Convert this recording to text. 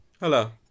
hello